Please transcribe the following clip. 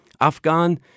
afghan